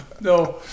no